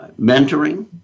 mentoring